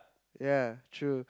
ya true